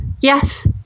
Yes